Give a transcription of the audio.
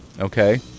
Okay